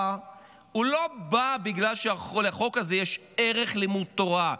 לא בא בגלל שלחוק הזה יש ערך לימוד תורה.